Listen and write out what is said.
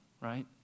right